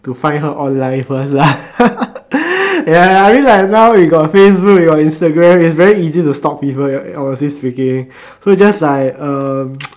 to find her online first lah ya I mean now we got Facebook we got Instagram it's very easy to stalk people honestly so just like um